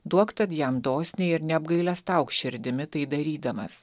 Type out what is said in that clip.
duok tad jam dosniai ir neapgailestauk širdimi tai darydamas